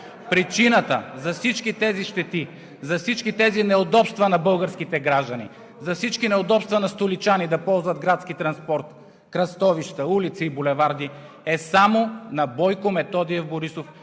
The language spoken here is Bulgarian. Причината за всички тези щети, за всички тези неудобства на българските граждани, за всички неудобства на столичани да ползват градски транспорт, кръстовища, улици и булеварди е само на Бойко Методиев Борисов.